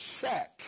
check